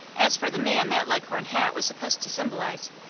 as for the man that leghorn hat was supposed to symbolize,